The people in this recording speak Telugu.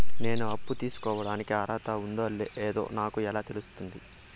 నేను అప్పు తీసుకోడానికి అర్హత ఉందో లేదో నాకు ఎలా తెలుస్తుంది?